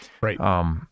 right